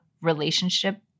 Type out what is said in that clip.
relationship